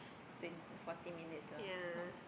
twenty forty minutes lah hor